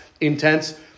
intense